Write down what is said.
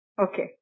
Okay